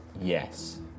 Yes